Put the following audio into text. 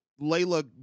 Layla